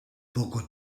poco